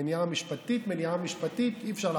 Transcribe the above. מניעה משפטית, מניעה משפטית, אי-אפשר לעשות.